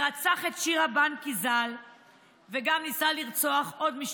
רצח את שירה בנקי ז"ל וניסה לרצוח עוד משתתפים.